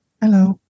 Hello